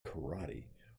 karate